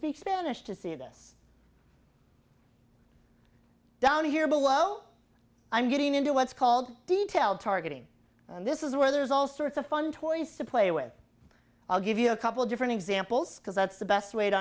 speak spanish to see this down here below i'm getting into what's called detailed targeting and this is where there's all sorts of fun toys to play with i'll give you a couple different examples because that's the best way to